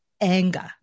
anger